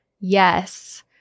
yes